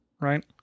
right